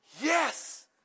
yes